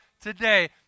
today